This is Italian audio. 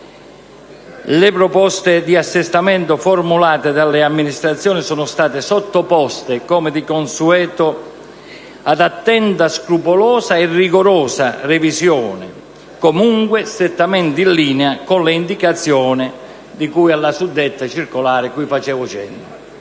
Le proposte di assestamento formulate dalle amministrazioni sono state sottoposte, come di consueto, ad attenta, scrupolosa e rigorosa revisione, comunque strettamente in linea con le indicazioni di cui alla suddetta circolare. Si è proceduto